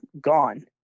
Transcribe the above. Gone